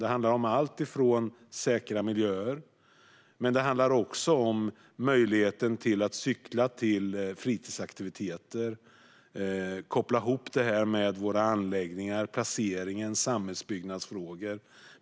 Det handlar om alltifrån säkra miljöer till möjligheten att cykla till fritidsaktiviteter och om att koppla ihop detta med anläggningar, placering och samhällsbyggnadsfrågor.